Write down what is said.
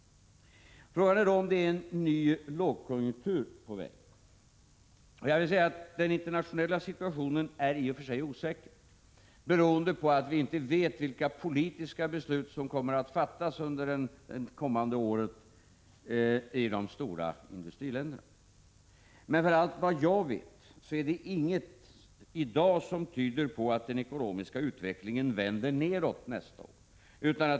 Frågan är om en ny lågkonjunktur är på väg. Den internationella situationen är i och för sig osäker beroende på att vi inte vet vilka politiska beslut som kommer att fattas under det kommande året i de stora industriländerna. Efter vad jag vet tyder ingenting i dag på att den ekonomiska utvecklingen vänder neråt nästa år.